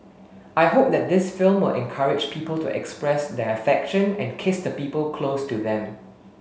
I hope that this film will encourage people to express their affection and kiss the people close to them